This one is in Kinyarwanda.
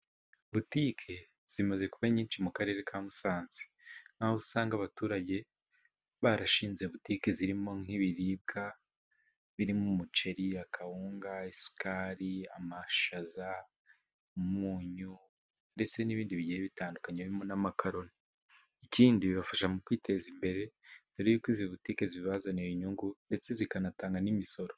Butike zimaze kuba nyinshi mu karere ka Musanze nkaho usanga abaturage barashinze butike zirimo nk'ibiribwa birimo: umuceri, kawunga, isukari, amashaza, umunyu, ndetse n'ibindi bigiye bitandukanye, birimo n'amakaroni. Ikindi bibafasha mu kwiteza imbere, dore yuko izi butiki zibazanira inyungu ndetse zikanatanga n'imisoro.